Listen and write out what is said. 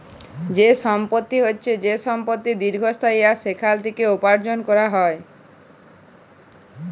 যে সম্পত্তি হচ্যে যে সম্পত্তি দীর্ঘস্থায়ী আর সেখাল থেক্যে উপার্জন ক্যরা যায়